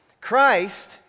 Christ